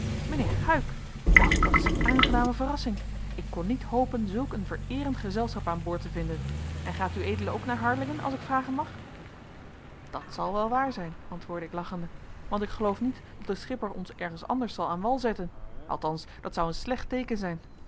mijnheer huyck wel dat is een aangename verrassing ik kon niet hopen zulk een vereerend gezelschap aan boord te vinden en gaat ued ook naar harlingen als ik vragen mag dat zal wel waar zijn antwoordde ik lachende want ik geloof niet dat de schipper ons ergens anders zal aan wal zetten althans dat zou een slecht teeken zijn